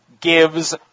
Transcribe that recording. gives